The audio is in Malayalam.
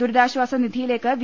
ദുരിതാശ്വാസ നിധിയിലേക്ക് വി